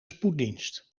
spoeddienst